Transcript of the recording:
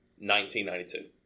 1992